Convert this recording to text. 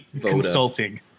Consulting